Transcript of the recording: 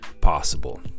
possible